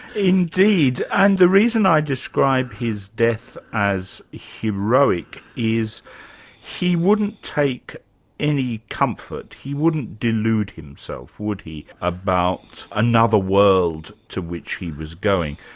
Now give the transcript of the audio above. indeed, and the reason i described his death as heroic is he wouldn't take any comfort, he wouldn't delude himself, would he, about another world to which he was going.